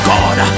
God